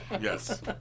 Yes